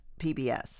PBS